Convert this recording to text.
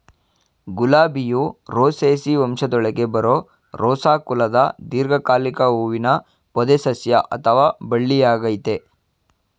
ಗುಲಾಬಿಯು Rosaceae ವಂಶದೊಳಗೆ ಬರೋ Rosa ಕುಲದ ದೀರ್ಘಕಾಲಿಕ ಹೂವಿನ ಪೊದೆಸಸ್ಯ ಅಥವಾ ಬಳ್ಳಿಯಾಗಯ್ತೆ